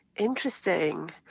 interesting